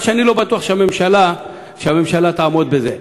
ואני לא בטוח שהממשלה תעמוד בזה.